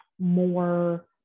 more